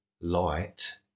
light